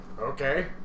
okay